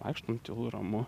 vaikštom tylu ramu